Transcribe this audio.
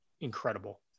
incredible